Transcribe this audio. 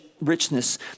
richness